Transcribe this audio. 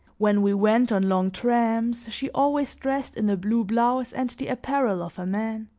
when we went on long tramps, she always dressed in a blue blouse and the apparel of a man,